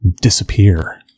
disappear